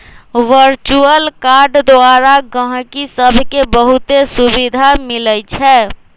virtual card द्वारा गहकि सभके बहुते सुभिधा मिलइ छै